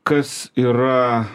kas yra